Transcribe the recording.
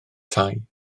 tai